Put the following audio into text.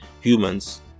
humans